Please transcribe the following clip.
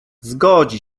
zgodzi